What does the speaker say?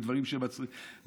ודברים שמצריכים,